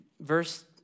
verse